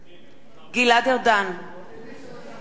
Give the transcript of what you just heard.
(קוראת בשמות חברי הכנסת) גלעד ארדן, אינו נוכח